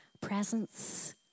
presence